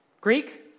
Greek